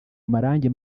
amarangi